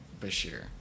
Bashir